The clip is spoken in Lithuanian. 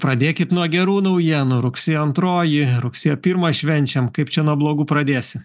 pradėkit nuo gerų naujienų rugsėjo antroji rugsėjo pirmą švenčiam kaip čia nuo blogų pradėsi